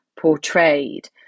portrayed